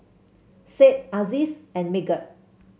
Said Aziz and Megat